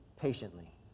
patiently